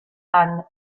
anne